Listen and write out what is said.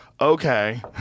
okay